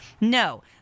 No